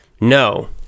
no